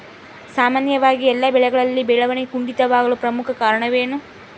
ಸಾಮಾನ್ಯವಾಗಿ ಎಲ್ಲ ಬೆಳೆಗಳಲ್ಲಿ ಬೆಳವಣಿಗೆ ಕುಂಠಿತವಾಗಲು ಪ್ರಮುಖ ಕಾರಣವೇನು?